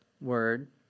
word